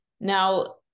Now